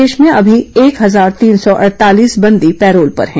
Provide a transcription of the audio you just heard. प्रदेश में अभी एक हजार तीन सौ अड़तालीस बंदी पैरोल पर हैं